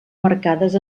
marcades